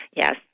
Yes